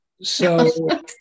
So-